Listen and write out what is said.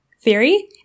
theory